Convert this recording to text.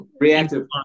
Reactive